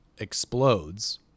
explodes